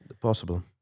possible